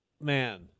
Man